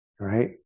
Right